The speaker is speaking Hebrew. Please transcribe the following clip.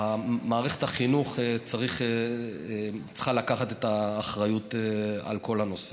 מערכת החינוך צריכה לקחת את האחריות לכל הנושא.